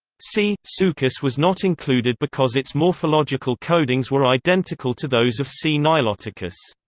c. suchus was not included because its morphological codings were identical to those of c. niloticus.